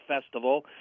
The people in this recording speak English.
Festival